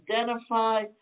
identify